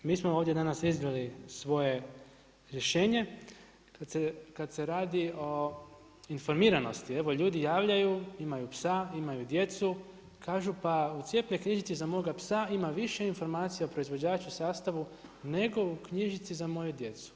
Mi smo danas ovdje iznijeli svoje rješenje kada se radi o informiranosti evo ljudi javljaju imaju psa, imaju djecu, kažu u cjepnoj knjižici za moga psa ima više informacija o proizvođaču sastavu, nego u knjižici za moju djecu.